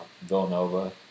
Villanova